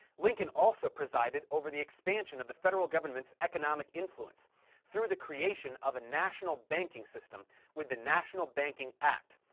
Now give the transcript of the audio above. lincoln also presided over the expansion of the federal government's economic influence through the creation of a national banking system with the national banking act,